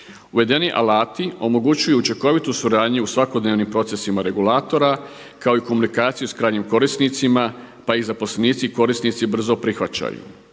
Uvedeni alati omogućuju učinkovitu suradnju u svakodnevnim procesima regulatora kao i komunikaciju s krajnjim korisnicima pa ih zaposlenici i korisnici brzo prihvaćaju.